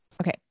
Okay